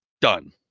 done